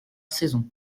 saison